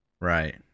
Right